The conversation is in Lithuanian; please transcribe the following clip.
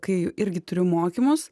kai irgi turiu mokymus